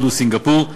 הודו וסינגפור,